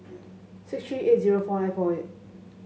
six three eight zero four nine four eight